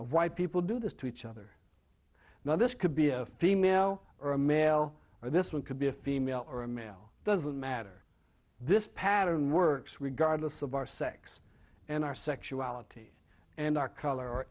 of why people do this to each other now this could be a female or a male or this one could be a female or a male doesn't matter this pattern works regardless of our sex and our sexuality and our color or